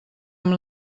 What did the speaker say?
amb